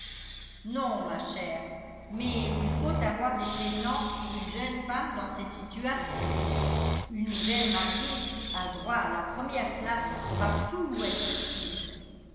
non ma chère mais il faut avoir des prévenances pour une jeune femme dans cette situation une nouvelle mariée a droit à la première place partout où elle se trouve